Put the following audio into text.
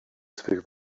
swoich